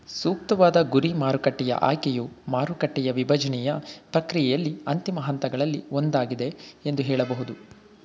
ಸೂಕ್ತವಾದ ಗುರಿ ಮಾರುಕಟ್ಟೆಯ ಆಯ್ಕೆಯು ಮಾರುಕಟ್ಟೆಯ ವಿಭಜ್ನೆಯ ಪ್ರಕ್ರಿಯೆಯಲ್ಲಿ ಅಂತಿಮ ಹಂತಗಳಲ್ಲಿ ಒಂದಾಗಿದೆ ಎಂದು ಹೇಳಬಹುದು